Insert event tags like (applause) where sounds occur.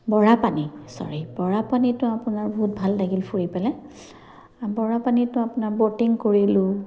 বৰা পানী (unintelligible) বৰা পানীটো আপোনাৰ বহুত ভাল লাগিল ফুৰি পেলাই বৰা পানীটো আপোনাৰ ব'টিং কৰিলোঁ